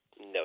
No